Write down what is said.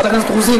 חברת הכנסת רוזין,